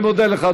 אני מודה לך,